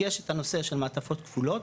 יש את הנושא של מעטפות כפולות,